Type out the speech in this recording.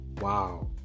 Wow